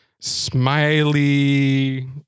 smiley